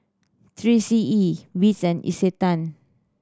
Three C E Beats and Isetan